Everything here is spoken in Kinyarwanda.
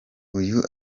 uyu